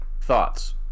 thoughts